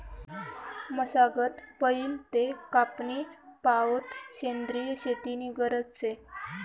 मशागत पयीन ते कापनी पावोत सेंद्रिय शेती नी गरज शे